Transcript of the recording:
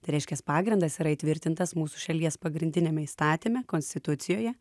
tai reiškias pagrindas yra įtvirtintas mūsų šalies pagrindiniame įstatyme konstitucijoje